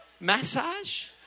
massage